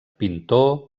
pintor